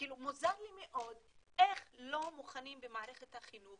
מוזר לי מאוד איך לא מוכנים במערכת החינוך